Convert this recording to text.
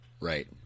Right